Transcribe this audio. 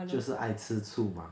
就是爱吃醋嘛